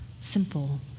simple